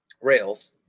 rails